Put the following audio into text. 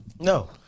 No